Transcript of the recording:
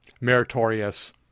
meritorious